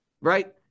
Right